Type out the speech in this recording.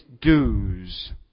dues